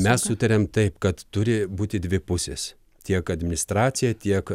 mes sutarėm taip kad turi būti dvi pusės tiek administracija tiek